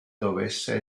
dovesse